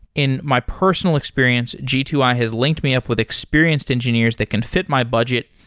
in my personal experience, g two i has linked me up with experienced engineers that can fit my budget,